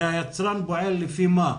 הרי היצרן פועל לפי מה?